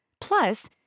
Plus